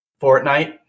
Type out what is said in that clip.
Fortnite